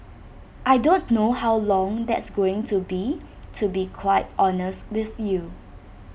I don't know how long that's going to be to be quite honest with you